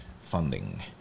funding